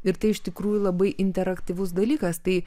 ir tai iš tikrųjų labai interaktyvus dalykas tai